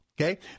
okay